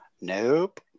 Nope